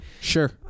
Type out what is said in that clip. sure